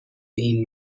این